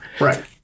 Right